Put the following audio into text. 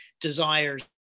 desires